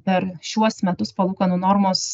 per šiuos metus palūkanų normos